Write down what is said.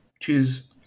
choose